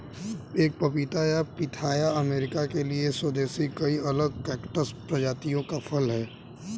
एक पपीता या पिथाया अमेरिका के लिए स्वदेशी कई अलग कैक्टस प्रजातियों का फल है